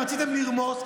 רציתם לרמוס.